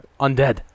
undead